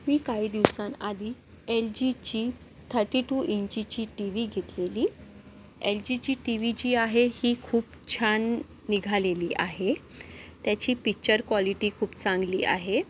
मी काही दिवसांआधी एल जीची थर्टी टू इंचची टी व्ही घेतलेली एल जीची टी व्ही जी आहे ही खूप छान निघालेली आहे त्याची पिक्चर क्वालिटी खूप चांगली आहे